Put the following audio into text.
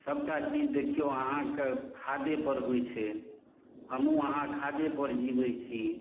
सबटा चीज देखियौ अहाँके खादे पर होइ छै हमहु अहाँ खादे पर जीबै छी